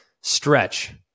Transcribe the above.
stretch